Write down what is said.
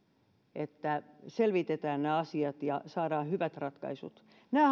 että selvitetään nämä asiat ja saadaan hyvät ratkaisut nämä